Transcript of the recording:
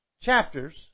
chapters